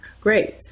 great